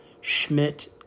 Schmidt